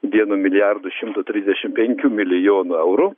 vieno milijardo šimto trisdešimt penkių milijonų eurų